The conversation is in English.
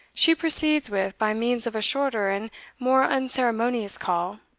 she proceeds with by means of a shorter and more unceremonious call,